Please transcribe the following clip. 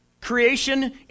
creation